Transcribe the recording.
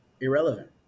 irrelevant